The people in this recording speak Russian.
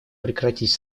прекратить